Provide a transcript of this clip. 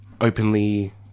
openly